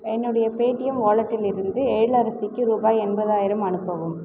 என்னுடைய பேடீஎம் வாலட்டிலிருந்து எழிலரசிக்கு ரூபாய் எண்பதாயிரம் அனுப்பவும்